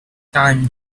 time